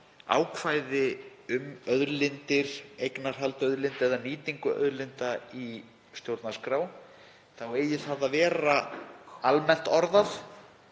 ákvæði um auðlindir, eignarhald auðlinda eða nýtingu auðlinda, í stjórnarskrá þá eigi það að vera almennt orðað.